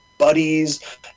Buddies